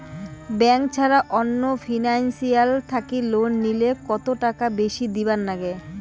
Bank ছাড়া অন্য financial থাকি লোন নিলে কতটাকা বেশি দিবার নাগে?